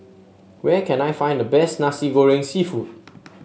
where can I find the best Nasi Goreng seafood